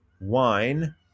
wine